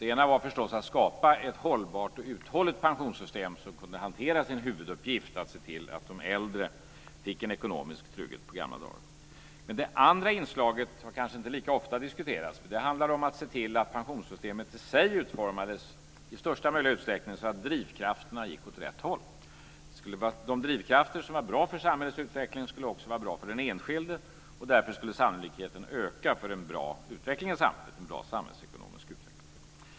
Den ena var förstås att skapa ett hållbart och uthålligt pensionssystem som kunde hantera sin huvuduppgift att se till att de äldre fick en ekonomisk trygghet på gamla dagar. Det andra inslaget har kanske inte diskuterats lika ofta. Det handlade om att se till att pensionssystemet i sig i största möjliga utsträckning utformades så att drivkrafterna gick åt rätt håll. De drivkrafter som var bra för samhällets utveckling skulle också vara bra för den enskilde, och därför skulle sannolikheten för en bra samhällsekonomisk utveckling öka.